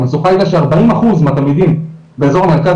המשוכה הייתה שארבעים אחוז מהתלמידים באזור המרכז